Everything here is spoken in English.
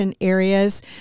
Areas